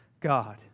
God